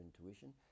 intuition